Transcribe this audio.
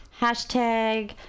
Hashtag